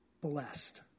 blessed